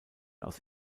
aus